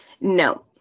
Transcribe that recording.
No